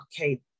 okay